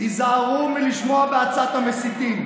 היזהרו מלשמוע בעצת המסיתים.